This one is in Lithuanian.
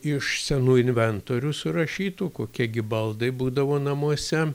iš senų inventorių surašytų kokie gi baldai būdavo namuose